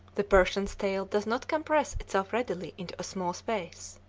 the persian's tail does not compress itself readily into a small space.